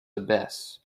abyss